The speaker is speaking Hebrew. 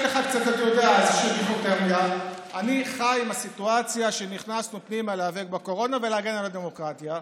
לא ראיתי אותך יותר מדי משתתף בהצבעות נגד ראש הממשלה.